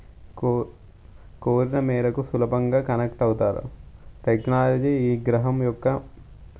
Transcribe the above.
కో కోరిక మేరకు సులభంగా కనక్ట్ అవుతారు టెక్నాలజీ ఈ గ్రహం యొక్క